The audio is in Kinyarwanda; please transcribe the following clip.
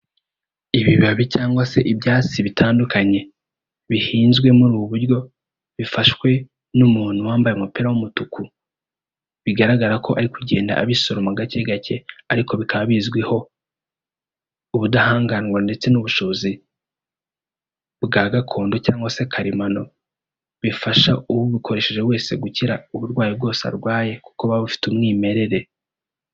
Ibibabi cyangwa se ibyatsi bitandukanye bihinzwe muri ubu buryo bifashwe n'umuntu wambaye umupira w'umutuku bigaragara ko ari kugenda abisoroma gake gake ariko bikaba bizwiho ubudahangarwa ndetse n'ubushobozi bwa gakondo cyangwa se karemano bifasha ubikoresheje wese gukira uburwayi bwose arwaye kuko biba bifite umwimerere.